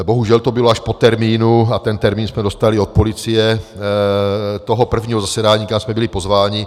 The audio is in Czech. Bohužel to bylo až po termínu a ten termín jsme dostali od policie toho prvního zasedání, kam jsme byli pozváni.